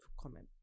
comment